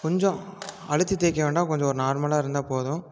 கொஞ்சம் அழுத்தி தேய்க்க வேண்டாம் கொஞ்சம் ஒரு நார்மலாக இருந்தால் போதும்